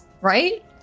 right